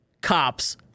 cops